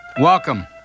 welcome